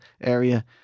area